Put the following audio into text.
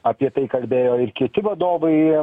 apie tai kalbėjo ir kiti vadovai